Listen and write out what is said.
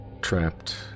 trapped